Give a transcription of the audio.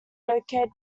located